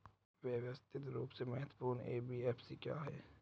व्यवस्थित रूप से महत्वपूर्ण एन.बी.एफ.सी क्या हैं?